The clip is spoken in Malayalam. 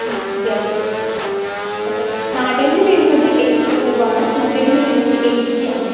അതെ അതെ അപ്പം നാടനിൽ വരുന്നത് എയ്റ്റി ഫൈവ് ആണ് മറ്റേതിന് വരുന്നത് എയ്റ്റി ആണ്